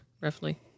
roughly